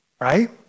Right